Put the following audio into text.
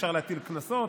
אפשר להטיל קנסות,